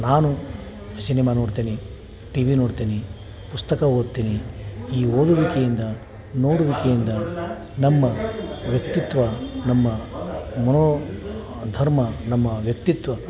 ನಾನು ಸಿನಿಮಾ ನೋಡ್ತೇನೆ ಟಿವಿ ನೋಡ್ತೇನೆ ಪುಸ್ತಕ ಓದ್ತೀನಿ ಈ ಓದುವಿಕೆಯಿಂದ ನೋಡುವಿಕೆಯಿಂದ ನಮ್ಮ ವ್ಯಕ್ತಿತ್ವ ನಮ್ಮ ಮನೋ ಧರ್ಮ ನಮ್ಮ ವ್ಯಕ್ತಿತ್ವ